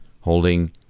holding